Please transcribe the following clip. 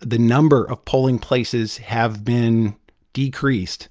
the number of polling places have been decreased,